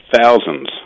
thousands